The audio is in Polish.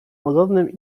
łagodnym